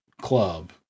club